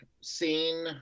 seen